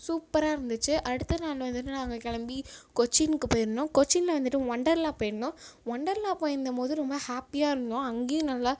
சூப்பராக இருந்துச்சு அடுத்த நாள் வந்துட்டு நாங்கள் கிளம்பி கொச்சினுக்குப் போயிருந்தோம் கொச்சினில் வந்துட்டு ஒண்டர்லா போயிருந்தோம் ஒண்டர்லா போயிருந்த போது ரொம்ப ஹேப்பியாக இருந்தோம் அங்கேயும் நல்லா